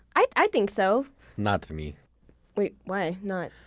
i i think so not to me wait, why not?